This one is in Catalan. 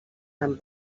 van